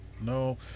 no